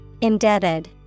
Indebted